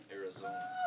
arizona